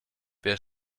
wer